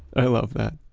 i love that.